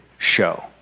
Show